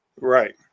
Right